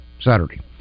Saturday